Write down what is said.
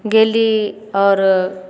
गेली आओर